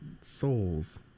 souls